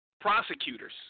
prosecutors